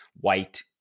white